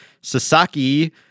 Sasaki